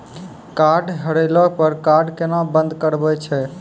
Card हेरैला पर card केना बंद करबै छै?